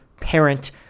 parent